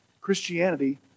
Christianity